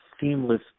seamless